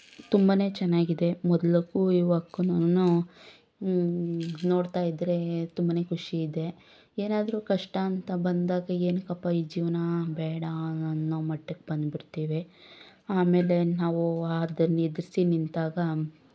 ತುಂಬಾನೇ ಚೆನ್ನಾಗಿದೆ ಮೊದ್ಲಿಗೂ ಇವಕ್ಕೂನು ನೋಡ್ತಾ ಇದ್ರೆ ತುಂಬಾನೇ ಖುಷಿ ಇದೆ ಏನಾದ್ರು ಕಷ್ಟ ಅಂತ ಬಂದಾಗ ಏನಕಪ್ಪ ಈ ಜೀವ್ನ ಬೇಡ ಅನ್ನೋ ಮಟ್ಟಕ್ಕೆ ಬಂದು ಬಿಡ್ತೀವಿ ಆಮೇಲೆ ನಾವು ಅದನ್ನು ಎದುರಿಸಿ ನಿಂತಾಗ